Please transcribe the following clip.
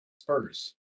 spurs